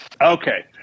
Okay